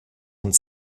und